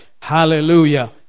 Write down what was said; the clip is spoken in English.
hallelujah